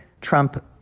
Trump